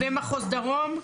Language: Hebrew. במחוז דרום?